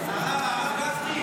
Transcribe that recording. גפני, מה כתוב?